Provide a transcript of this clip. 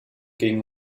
gegen